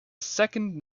second